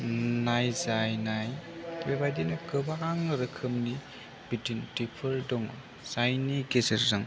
नायजायनाय बेबादिनो गोबां रोखोमनि बिदिन्थिफोर दङ जायनि गेजेरजों